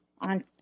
on